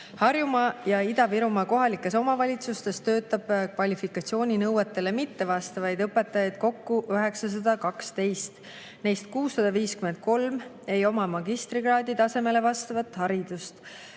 Harjumaa ja Ida-Virumaa kohalikes omavalitsustes töötab kvalifikatsiooninõuetele mittevastavaid õpetajaid kokku 912, neist 653 ei oma magistrikraadi tasemele vastavat haridust.